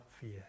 fear